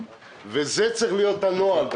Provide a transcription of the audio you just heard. זה צריך להיות הנוהל,